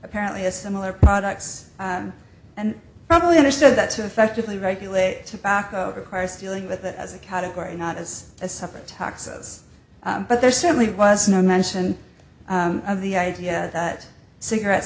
apparently as similar products and probably understood that to effectively regulate tobacco price dealing with it as a category not as a separate taxes but there certainly was no mention of the idea that cigarettes